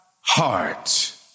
heart